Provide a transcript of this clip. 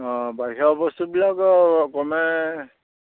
অঁ বাহিৰা বস্তুবিলাক অ কমে